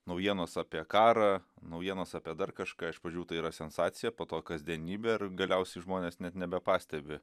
naujienos apie karą naujienos apie dar kažką iš pradžių tai yra sensacija po to kasdienybė ir galiausiai žmonės net nebepastebi